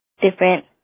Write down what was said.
different